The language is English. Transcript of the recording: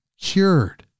cured